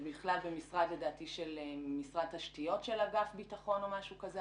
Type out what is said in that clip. ובחיפה זה בכלל במשרד תשתיות של אגף ביטחון או משהו כזה.